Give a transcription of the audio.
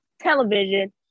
television